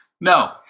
No